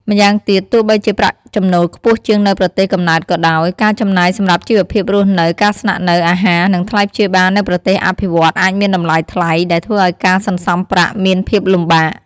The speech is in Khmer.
ម្យ៉ាងទៀត ទោះបីជាប្រាក់ចំណូលខ្ពស់ជាងនៅប្រទេសកំណើតក៏ដោយ ការចំណាយសម្រាប់ជីវភាពរស់នៅ ការស្នាក់នៅ អាហារ និងថ្លៃព្យាបាលនៅប្រទេសអភិវឌ្ឍន៍អាចមានតម្លៃថ្លៃ ដែលធ្វើឲ្យការសន្សំប្រាក់មានភាពលំបាក។